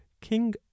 king